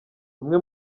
umwe